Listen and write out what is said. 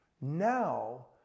now